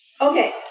Okay